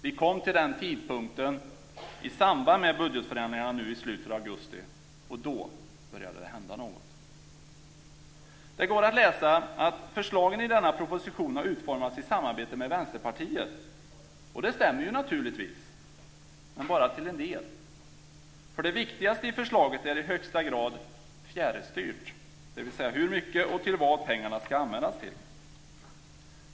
Vi kom till den tidpunkten i samband med budgetförhandlingarna nu i slutet av augusti, och då började det hända något. Det går att läsa: "Förslagen i denna proposition har utformats i samarbete med vänsterpartiet." Det stämmer naturligtvis, men bara till en del eftersom det viktigaste i förslaget, dvs. hur mycket pengar ska vara och vad de ska användas till, i högsta grad är fjärrstyrt.